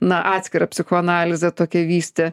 na atskirą psichoanalizę tokią vystė